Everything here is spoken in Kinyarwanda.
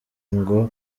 ngo